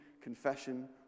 confession